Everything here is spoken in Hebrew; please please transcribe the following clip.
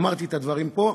אמרתי את הדברים פה,